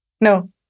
No